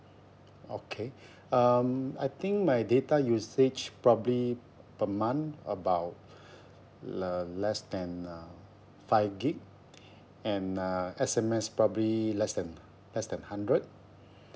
okay um I think my data usage probably per month about uh less than uh five gig and uh S_M_S probably less than less than hundred